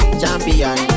champion